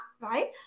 right